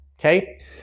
okay